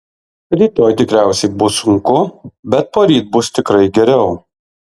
rytoj tikriausiai bus sunku bet poryt bus tikrai geriau